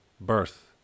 birth